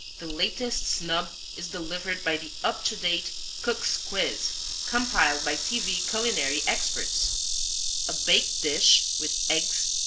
the latest snub is delivered by the up-to-date cook's quiz compiled by tv culinary experts a baked dish with eggs,